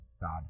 God